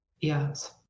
Yes